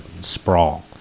sprawl